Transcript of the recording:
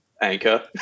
anchor